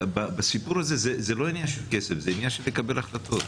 הסיפור הזה הוא לא עניין של כסף אלא של קבלת החלטות.